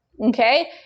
Okay